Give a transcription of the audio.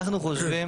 אנחנו חושבים